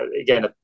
again